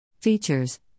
Features